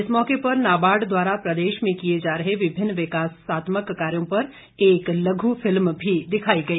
इस मौके पर नाबार्ड द्वारा प्रदेश में किए जा रहे विभिन्न विकासात्मक कार्यो पर एक लघु फिल्म भी दिखाई गई